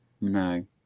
No